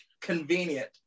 convenient